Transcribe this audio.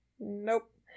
Nope